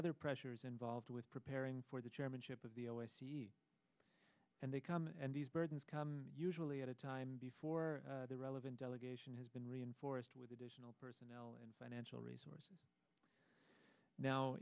other pressures involved with preparing for the chairmanship of the oas and they come and these burdens come usually at a time before the relevant delegation has been reinforced with additional personnel and financial resources now